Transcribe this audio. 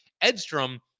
Edstrom